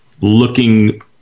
looking